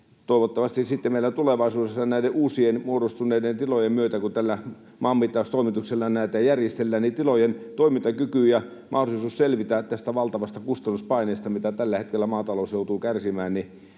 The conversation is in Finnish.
Toivottavasti sitten meillä tulevaisuudessa näiden uusien muodostuneiden tilojen myötä, kun tällä maanmittaustoimituksella näitä järjestellään, tilojen toimintakyky ja mahdollisuus selvitä tästä valtavasta kustannuspaineesta, mitä tällä hetkellä maatalous joutuu kärsimään,